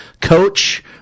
coach